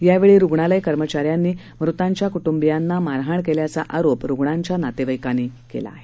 यावेळी रुग्णालय कर्मचाऱ्यांनी म़तांच्या क्टुंबीयांना मारहाण केल्याचा आरोप रुग्णाच्या नातेवाईकांनी केला आहे